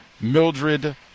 Mildred